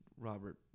Robert